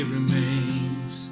Remains